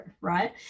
Right